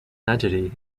entity